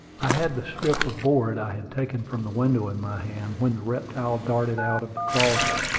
i had the strip of board i had taken from the window in my hand when the reptile darted out of the closet.